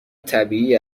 طبیعی